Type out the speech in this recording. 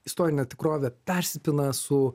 istorinė tikrovė persipina su